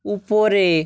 উপরে